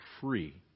free